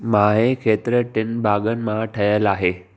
माहे खेत्र टिनि भागनि मां ठहियलु आहे